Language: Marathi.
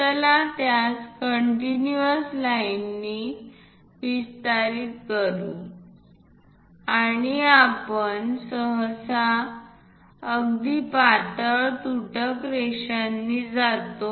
चला यास कंटिन्यूयस लाईननी विस्तारित करू आणि आपण सहसा अगदी पातळ तुटक रेषांसह जातो